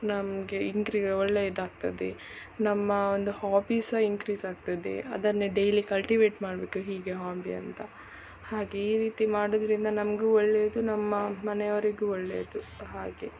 ನಮಗೆ ಇನ್ಕ್ರೀ ಒಳ್ಳೆದಾಗ್ತದೆ ನಮ್ಮ ಒಂದು ಹಾಬಿಸ್ ಇನ್ಕ್ರೀಸ್ ಆಗ್ತದೆ ಅದನ್ನೇ ಡೇಲಿ ಕಲ್ಟಿವೇಟ್ ಮಾಡಬೇಕು ಹೀಗೆ ಹಾಬಿ ಅಂತ ಹಾಗೆ ಈ ರೀತಿ ಮಾಡೋದ್ರಿಂದ ನಮಗೂ ಒಳ್ಳೇದು ನಮ್ಮ ಮನೆಯವ್ರಿಗೂ ಒಳ್ಳೇದು ಹಾಗೆ